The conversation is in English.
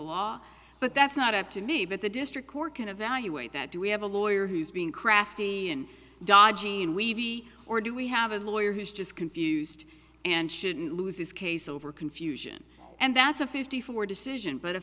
law but that's not up to me but the district court can evaluate that do we have a lawyer who's being crafty and dodgy and we or do we have a lawyer who's just confused and shouldn't lose his case over confusion and that's a fifty four decision but a